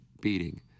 beating